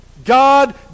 God